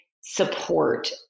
support